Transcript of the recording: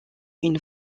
une